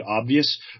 obvious